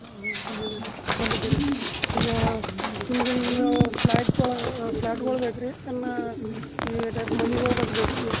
ಹಾಂ ಹಾಂ ಬಂದಿದ್ದೆ ರೀ ಬಂದಿದ್ದೆ ರೀ ಈಗ ಫ್ಲ್ಯಾಟ್ ಒಳಗೆ ಫ್ಲ್ಯಾಟ್ಗೊಳು ಬೇಕು ರೀ ಇನ್ನ ಈ ಟೈಪ್ ಮನಿಗುಳ್ದಾಗೆ ಬೇಕು ರೀ